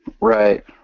Right